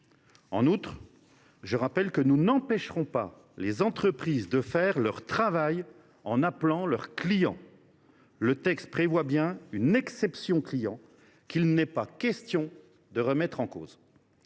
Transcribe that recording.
En outre, je souligne que nous n’empêcherons pas les entreprises de faire leur travail en appelant leurs clients : le texte vise bien à prévoir une « exception client » qu’il n’est pas question de remettre en cause.